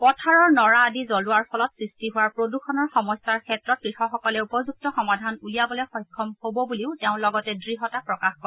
পথাৰৰ নৰা আদি জবলোৱাৰ ফলত সৃষ্টি হোৱা প্ৰদূষণৰ সমস্যাৰ ক্ষেত্ৰত কৃষকসকলে উপযুক্ত সমাধান উলিয়াবলৈ সক্ষম হব বুলিও তেওঁ লগতে দৃঢ়তা প্ৰকাশ কৰে